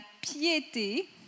piété